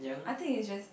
I think it's just